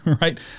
right